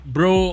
Bro